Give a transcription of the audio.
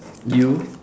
you